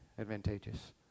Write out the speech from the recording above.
advantageous